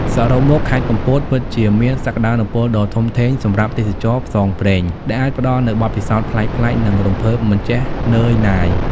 សរុបមក ខេត្តកំពតពិតជាមានសក្ដានុពលដ៏ធំធេងសម្រាប់ទេសចរណ៍ផ្សងព្រេង ដែលអាចផ្ដល់នូវបទពិសោធន៍ប្លែកៗ និងរំភើបមិនចេះនឿយណាយ។